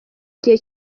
igihe